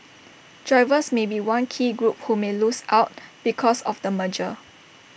drivers may be one key group who may lose out because of the merger